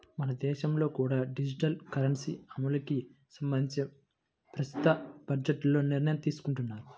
మన దేశంలో కూడా డిజిటల్ కరెన్సీ అమలుకి సంబంధించి ప్రస్తుత బడ్జెట్లో నిర్ణయం తీసుకున్నారు